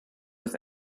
was